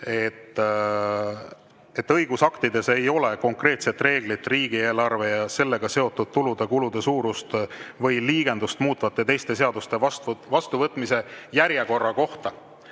et õigusaktides ei ole konkreetset reeglit riigieelarve ja sellega seotud tulude-kulude suurust või liigendust muutvate teiste seaduste vastuvõtmise järjekorra kohta.